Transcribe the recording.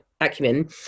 acumen